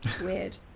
Weird